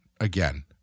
again